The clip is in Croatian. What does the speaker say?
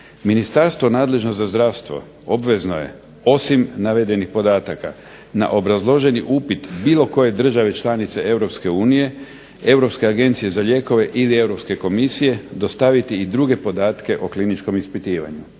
Ministarstvo nadležno za zdravstvo obvezno je osim navedenih podataka na obrazloženi upit bilo koje članice europske unije Europske agencije za lijekove ili Europske komisije dostaviti i druge podatke o kliničkom ispitivanju.